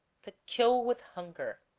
to kill with hunger